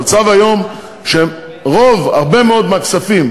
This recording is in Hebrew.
המצב היום הוא שהרבה מאוד מהכספים,